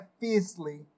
fiercely